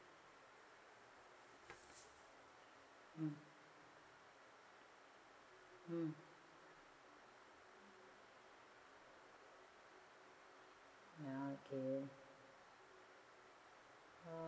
mm mm ya okay ah